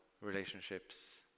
relationships